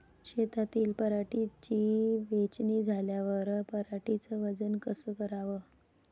शेतातील पराटीची वेचनी झाल्यावर पराटीचं वजन कस कराव?